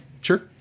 Sure